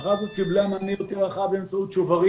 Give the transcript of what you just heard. המשפחה הזאת קיבלה מענה יותר רחב באמצעות שוברים'